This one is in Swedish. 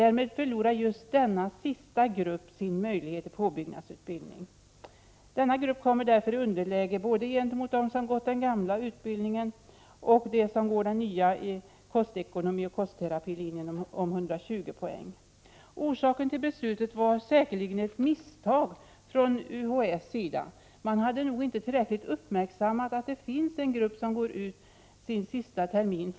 Därmed förlorar den sistnämnda gruppen sin möjlighet till påbyggnadsutbildning. Denna grupp kommer därför i underläge både gentemot dem som gått den gamla utbildningen och gentemot dem som går den nya linjen för kostekonomi och kostterapi om 120 poäng. Orsaken till detta beslut var säkerligen ett misstag från UHÄ:s sida. Man hade där inte tillräckligt uppmärksammat att det finns en grupp som först i vår går ut sin sista termin.